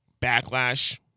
backlash